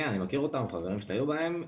כן, אני מכיר אותן, חברים שלי היו בהן.